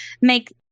make